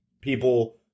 people